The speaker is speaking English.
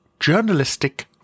journalistic